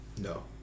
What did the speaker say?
No